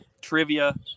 trivia